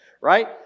Right